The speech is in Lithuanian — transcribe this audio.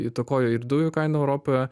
įtakojo ir dujų kainą europoje